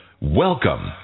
Welcome